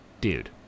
dude